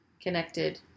connected